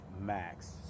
max